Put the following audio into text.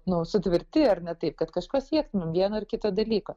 nu sutverti ar ne taip kad kažko siekti nu vieno ar kito dalyko